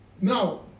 Now